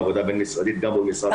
בעבודה בין-משרדית גם עם משרד הבריאות